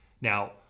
Now